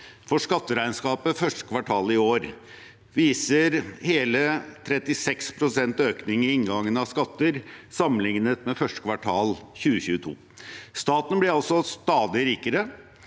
for skatteregnskapet første kvartal i år viser hele 36 pst. økning i inngangen av skatter sammenlignet med første kvartal 2022. Staten blir altså stadig rikere.